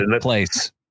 place